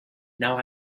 now